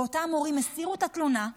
ואותם הורים הסירו את התלונה,